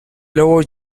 lower